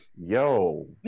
Yo